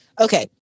Okay